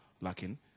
lacking